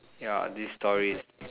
ya this story is